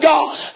God